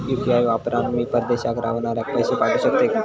UPI वापरान मी परदेशाक रव्हनाऱ्याक पैशे पाठवु शकतय काय?